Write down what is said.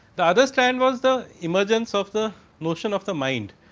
the others stand was the emergence of the motion of the mind.